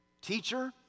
Teacher